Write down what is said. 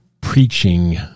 preaching